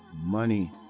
Money